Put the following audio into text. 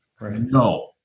No